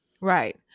Right